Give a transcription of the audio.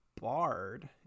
bard